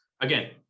Again